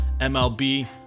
MLB